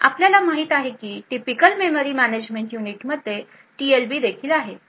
आपल्याला माहित आहे की टिपिकल मेमरी मॅनेजमेंट युनिटमध्ये देखील टीएलबी आहे